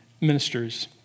ministers